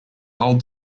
old